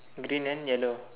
green and yellow